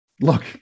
look